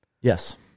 Yes